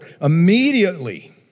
Immediately